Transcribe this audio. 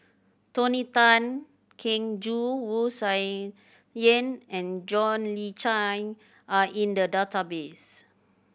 Tony Tan Keng Joo Wu Tsai Yen and John Le Cain are in the database